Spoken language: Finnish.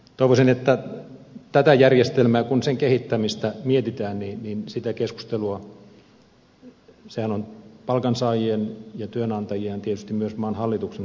toivoisin että kun tämän järjestelmän kehittämistä mietitään niin se keskusteluhan on palkansaajien ja työnantajien ja tietysti myös maan hallituksen asia